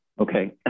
Okay